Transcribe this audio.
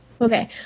Okay